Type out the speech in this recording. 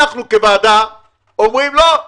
אנחנו, כוועדה, אומרים: לא,